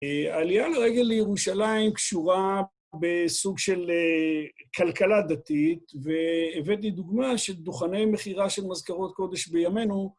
העלייה לרגל לירושלים קשורה בסוג של כלכלה דתית, והבאתי דוגמה של דוכני מכירה של מזכרות קודש בימינו..